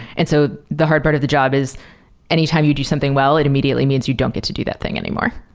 and so the hard part of the job is any time you do something well, it immediately means you don't get to do that thing anymore.